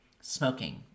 Smoking